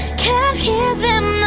can't hear them